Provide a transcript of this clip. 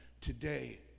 today